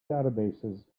databases